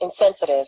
insensitive